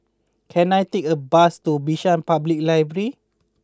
can I take a bus to Bishan Public Library